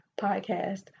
podcast